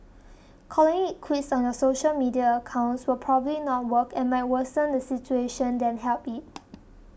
calling it quits on your social media accounts will probably not work and might worsen the situation than help it